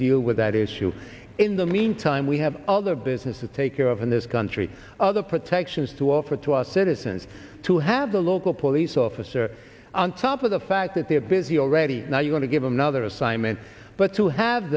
deal with that issue in the meantime we have other businesses take care of in this country other protections to offer to our citizens to have a local police officer on top of the fact that they're busy already now you want to give them another assignment but to have